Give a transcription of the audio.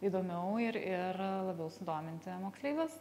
įdomiau ir ir labiau sudominti moksleivius